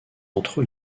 entre